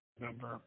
Number